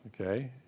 Okay